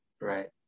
right